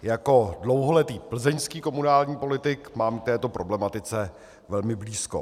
Jako dlouholetý plzeňský komunální politik mám k této problematice velmi blízko.